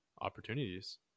opportunities